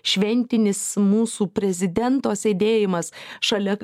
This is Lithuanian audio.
šventinis mūsų prezidento sėdėjimas šalia